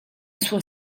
suo